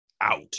out